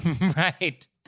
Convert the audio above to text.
right